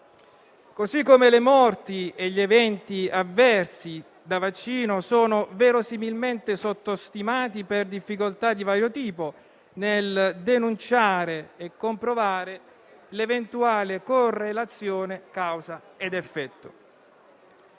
ugualmente, le morti e gli eventi avversi da vaccino sono verosimilmente sottostimati, per difficoltà di vario tipo nel denunciare e comprovare l'eventuale correlazione tra causa ed effetto.